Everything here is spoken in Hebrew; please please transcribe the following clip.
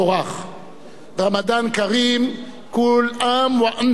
רמדאן כארים, כול עאם ואנתום בח'יר.